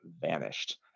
vanished